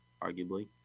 arguably